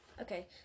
okay